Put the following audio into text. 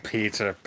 Peter